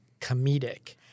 comedic